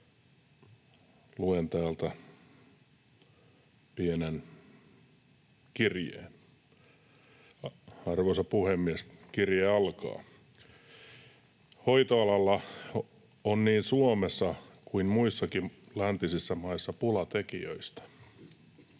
Luen täältä vielä pienen kirjeen. Arvoisa puhemies! Kirje alkaa: ”Hoitoalalla on niin Suomessa kuin muissakin läntisissä maissa pula tekijöistä.